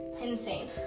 insane